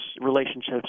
relationships